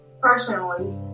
personally